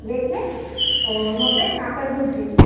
রেখে ওর মধ্যে কাঁচা দুধ দিবি